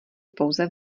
pouze